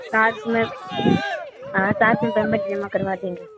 साथ में हाँ साथ में पेमेंट जमा करवा देंगे